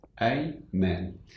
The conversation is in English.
Amen